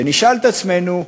ונשאל את עצמנו,